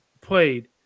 played